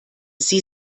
sie